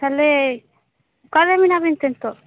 ᱛᱟᱦᱚᱞᱮ ᱚᱠᱟᱨᱮ ᱢᱮᱱᱟᱜ ᱵᱤᱱ ᱛᱮ ᱱᱤᱛᱚᱜ